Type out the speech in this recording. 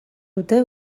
dute